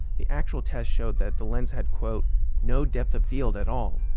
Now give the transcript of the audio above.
the actual tests showed that the lens had no depth of field at all,